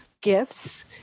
gifts